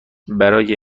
برای